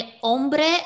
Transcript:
hombre